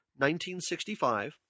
1965